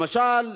למשל,